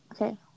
Okay